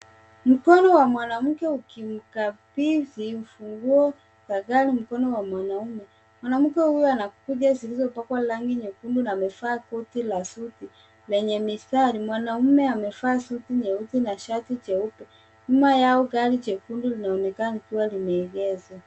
Mkono wa mwanamke ukimkabidhi funguo la gari mkono wa mwanaume. Mwanamke huyo ana kucha zilizopakwa rangi nyekundu na amevaa koti la suti lenye mistari. Mwanaume amevaa suti nyeusi na shati jeupe. Nyuma yao gari jekundu linaonekana likiwa limeegezwa.